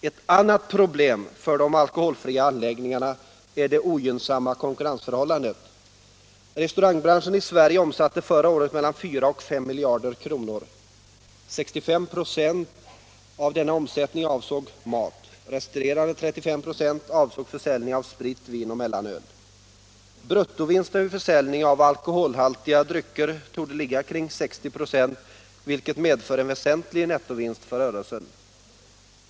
Ett annat problem för de alkoholfria anläggningarna är det ogynnsamma konkurrensförhållandet. Restaurangbranschen i Sverige omsatte förra året mellan 4 och 5 miljarder kronor. 65 96 av denna omsättning avsåg mat. Resterande 35 96 avsåg försäljning av sprit, vin och mellanöl. Bruttovinsten vid försäljning av alkoholhaltiga drycker torde ligga omkring 60 96, vilket medför en väsentlig nettovinst för rörelsen.